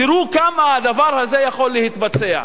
תראו כמה הדבר הזה יכול להתבצע.